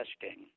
testing